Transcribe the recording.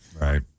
right